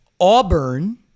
Auburn